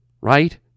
Right